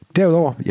Derudover